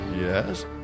Yes